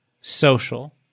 social